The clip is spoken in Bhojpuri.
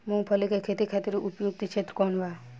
मूँगफली के खेती खातिर उपयुक्त क्षेत्र कौन वा?